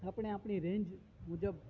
આપણે આપણી રેન્જ મુજબ